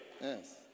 Yes